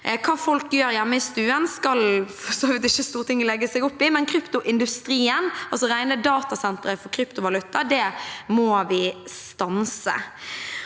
Hva folk gjør hjemme i stuen, skal for så vidt ikke Stortinget legge seg opp i, men kryptoindustrien, altså rene datasentre for kryptovaluta, må vi stanse.